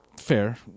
fair